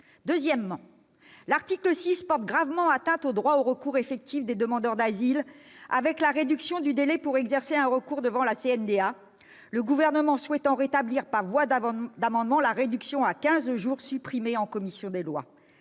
Deuxièmement, l'article 6 porte gravement atteinte au droit au recours effectif des demandeurs d'asile en réduisant le délai pour exercer un recours devant la CNDA, le Gouvernement souhaitant rétablir par voie d'amendement la réduction, supprimée par la commission des lois,